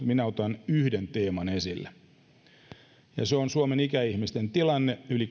minä otan yhden teeman esille ja se on suomen ikäihmisten tilanne yli